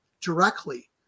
directly